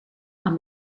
amb